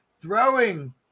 throwing